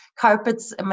Carpets